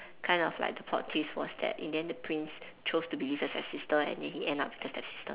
kind of like the plot twist was that in the end the prince chose to believe the stepsister and then he end up being with the stepsister